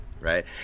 right